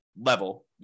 level